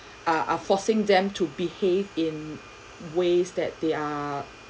are are forcing them to behave in ways that they are